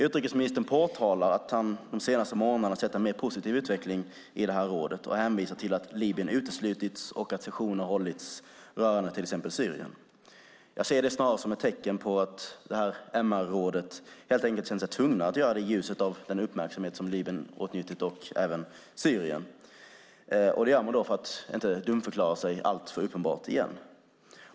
Utrikesministern påtalar att han de senaste månaderna sett en mer positiv utveckling i rådet och hänvisar till att Libyen uteslutits och att sessioner hållits rörande till exempel Syrien. Jag ser det snarare som ett tecken på att MR-rådet helt enkelt känt sig tvunget att göra det i ljuset av den uppmärksamhet Libyen och även Syrien åtnjutit, och det gör man för att inte dumförklara sig alltför uppenbart igen.